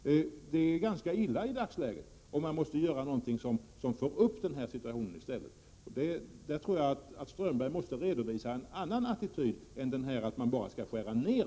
Det är ganska illa i dagsläget, och något måste göras som förbättrar situationen. Strömberg får redovisa en annan attityd än att bara säga att saker skall skäras ner.